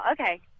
okay